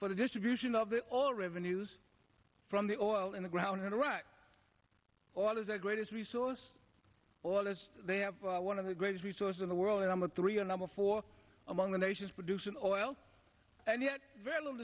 for the distribution of the all revenues from the oil in the ground in iraq oil is their greatest resource oil as they have one of the greatest resource in the world and i'm a three or number four among the nations producing oil and yet very little